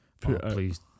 please